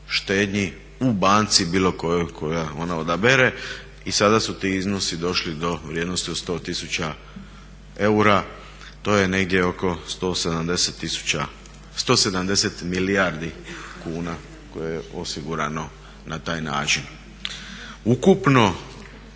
štednji u banci bilo kojoj koju ona odabere i sada su ti iznosi došli do vrijednosti od 100 tisuća eura, to je negdje oko 170 milijardi kuna koje je osigurano na taj način. Ukupno